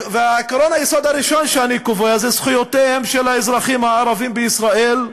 עקרון היסוד הראשון שאני קובע הוא זכויותיהם של האזרחים הערבים בישראל,